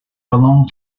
belong